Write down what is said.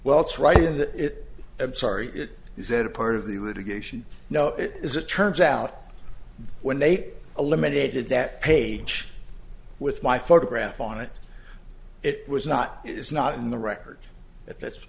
well it's right in that i'm sorry it is that a part of the litigation no it is it turns out when they eliminated that page with my photograph on it it was not it is not in the record at th